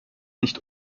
nicht